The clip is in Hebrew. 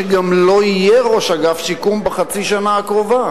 שגם לא יהיה ראש אגף שיקום בחצי שנה הקרובה,